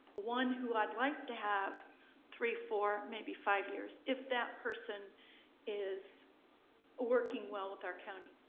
one who i'd like to have three, four, maybe five years if that person is working well with our county.